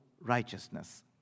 righteousness